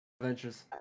Adventures